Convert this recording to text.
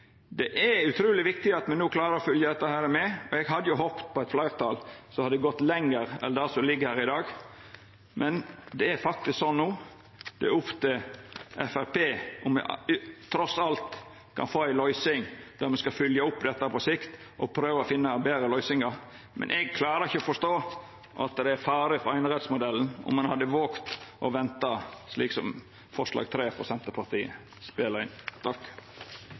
Det er utrulig viktig at me no klarar å fylgja opp dette, og eg hadde håpt på eit fleirtal som hadde gått lenger enn det som ligg her i dag. Men det er faktisk slik no at det er opp til Framstegspartiet om me trass alt kan få ei løysing der me kan fylgja opp dette på sikt og prøva å finna betre løysingar. Men eg klarar ikkje å forstå at det er fare for einerettsmodellen om ein hadde vågt å venta, slik som forslag nr. 3, frå Senterpartiet, spelar inn.